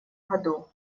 году